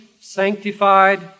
sanctified